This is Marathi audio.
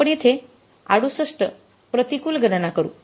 आपण येथे ६८ प्रतिकूल गणना करू